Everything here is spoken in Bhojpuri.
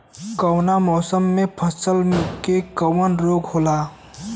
कवना मौसम मे फसल के कवन रोग होला?